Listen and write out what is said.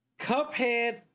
cuphead